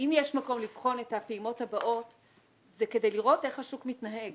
שאם יש מקום לבחון את הפעימות הבאות זה כדי לראות איך השוק מתנהג.